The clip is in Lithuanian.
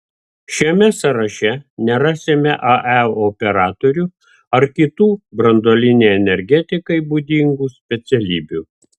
šiame sąraše nerasime ae operatorių ar kitų branduolinei energetikai būdingų specialybių